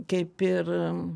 kaip ir